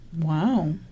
Wow